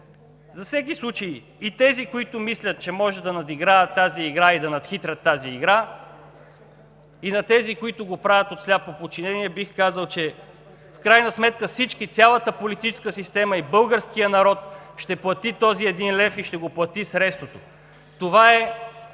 За всеки случай и тези, които мислят, че може да надиграят и да надхитрят тази игра, и на тези, които го правят от сляпо подчинение бих казал, че в крайна сметка всички – цялата политическа система и българският народ ще плати този един лев, и ще го плати с рестото. Това е…